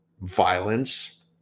violence